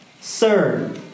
Sir